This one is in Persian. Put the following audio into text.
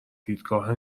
دیدگاه